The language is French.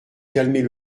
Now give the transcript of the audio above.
calmer